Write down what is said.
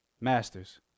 Masters